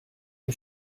une